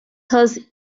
thus